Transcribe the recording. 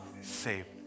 saved